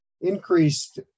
increased